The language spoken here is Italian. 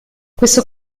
questo